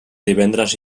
divendres